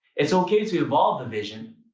s ok to evolve the vision,